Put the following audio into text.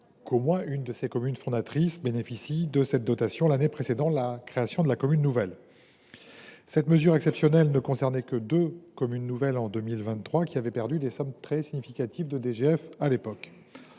si au moins l’une de ses communes fondatrices bénéficiait de cette dotation l’année précédant la création de la commune nouvelle. En 2023, cette mesure exceptionnelle ne concernait que deux communes nouvelles, qui avaient perdu des montants très significatifs de DGF.